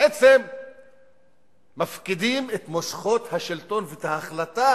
בעצם מפקידים את מושכות השלטון ואת ההחלטה